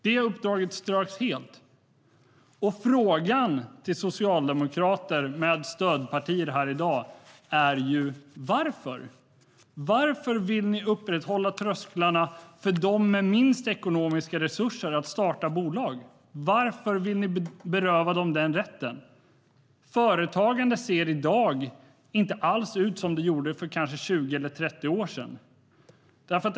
Det uppdraget ströks helt. Frågan till socialdemokrater med stödpartier här i dag är: Varför vill ni upprätthålla trösklarna för dem med minst ekonomiska resurser när det gäller att starta bolag? Varför vill ni beröva dem den rätten? Företagande ser i dag inte alls ut som det gjorde för kanske 20 eller 30 år sedan.